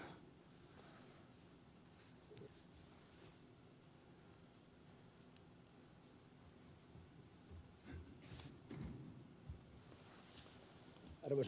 ensin kiitokset